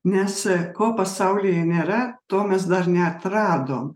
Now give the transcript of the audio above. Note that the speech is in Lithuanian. nes ko pasaulyje nėra to mes dar neatradom